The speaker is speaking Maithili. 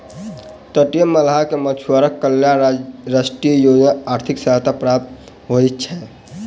तटीय मल्लाह के मछुआरा कल्याण राष्ट्रीय योजना आर्थिक सहायता प्राप्त होइत छै